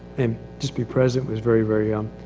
and just be present was very very, um